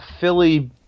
Philly